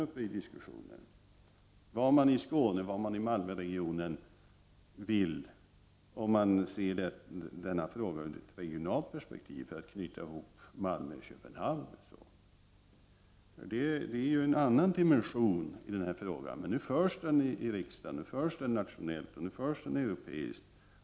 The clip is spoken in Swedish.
Det vore intressant att höra vad man i Skåne och i Malmöregionen vill om man ser denna fråga i ett regionalt perspektiv när det gäller att knyta ihop Malmö och Köpenhamn. Det är en annan dimension av den här frågan. Nu diskuteras den dock i riksdagen, och den diskuteras nationellt och europeiskt.